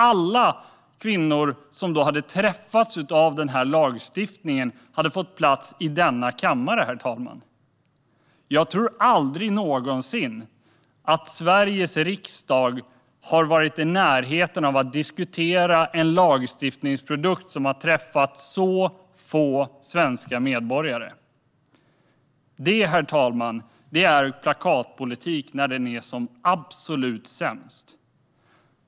Alla kvinnor som hade träffats av den lagstiftningen hade alltså fått plats i denna kammare, herr talman. Jag tror inte att Sveriges riksdag någonsin har varit i närheten av att diskutera en lagstiftningsprodukt som träffat så få svenska medborgare. Det, herr talman, är plakatpolitik när den är som absolut sämst.